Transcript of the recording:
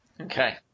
okay